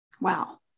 Wow